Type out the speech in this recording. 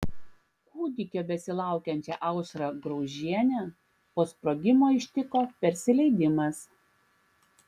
kūdikio besilaukiančią aušrą graužienę po sprogimo ištiko persileidimas